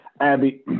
abby